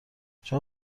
شما